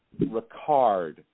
Ricard